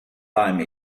time